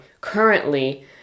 currently